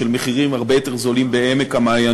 של מחירים הרבה יותר זולים בעמק-המעיינות,